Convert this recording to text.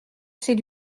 ses